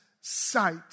sight